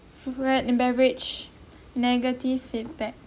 food and beverage negative feedback